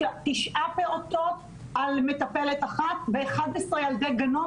תשעה פעוטות על מטפלת אחת ו-11 ילדי גנון,